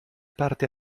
parte